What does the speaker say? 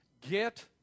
get